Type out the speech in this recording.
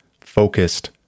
focused